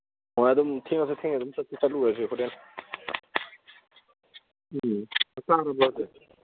ꯍꯣꯏ ꯑꯗꯨꯝ ꯊꯦꯡꯉꯁꯨ ꯊꯦꯡꯅ ꯑꯗꯨꯝ ꯆꯠꯇꯤ ꯆꯠꯂꯨꯔꯁꯦ ꯍꯣꯔꯦꯟ ꯎꯝ ꯆꯥꯛ ꯆꯥꯔꯕꯣ